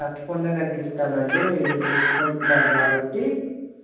తప్పకుండా తగ్గిస్తామండి మీరు ఇన్ని తీసుకుంటున్నారు కాబట్టి